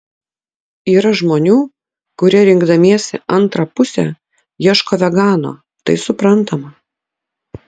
yra žmonių kurie rinkdamiesi antrą pusę ieško vegano tai suprantama